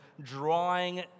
drawing